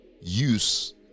use